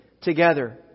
together